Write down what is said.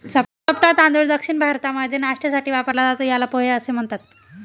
चपटा तांदूळ दक्षिण भारतामध्ये नाष्ट्यासाठी वापरला जातो, याला पोहे असं म्हणतात